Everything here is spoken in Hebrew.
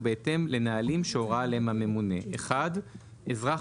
ובהתאם לנהלים שהורה עליהם הממונה: (1)אזרח